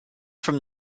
from